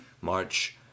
March